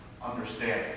understanding